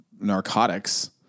narcotics